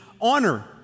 honor